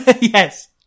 Yes